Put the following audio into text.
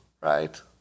right